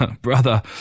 Brother